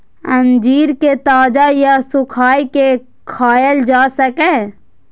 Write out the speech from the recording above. अंजीर कें ताजा या सुखाय के खायल जा सकैए